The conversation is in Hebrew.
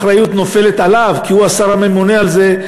האחריות נופלת עליו כי הוא השר הממונה על זה,